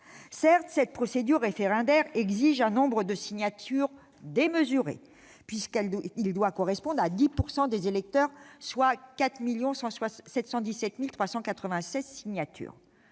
Certes, cette procédure référendaire exige un nombre de signatures démesuré puisqu'il doit correspondre à 10 % des électeurs, soit 4 717 396 signatures.